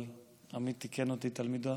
אבל עמיתי תיקן אותי: תלמידו,